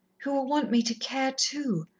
who will want me to care too.